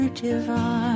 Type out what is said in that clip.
divine